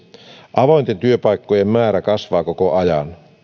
avointen työpaikkojen määrä kasvaa koko ajan